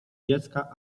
dziecka